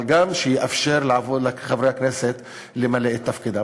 אבל גם שיאפשר לחברי הכנסת למלא את תפקידם.